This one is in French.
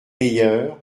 meyer